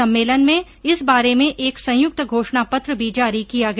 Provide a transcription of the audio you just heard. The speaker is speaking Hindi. सम्मेलन में इस बारे में एक संयुक्त घोषणा पत्र भी जारी किया गया